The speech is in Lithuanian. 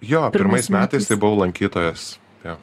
jo pirmais metais tai buvau lankytojas jo